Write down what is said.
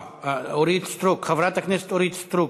אה, אורית סטרוק, חברת הכנסת אורית סטרוק,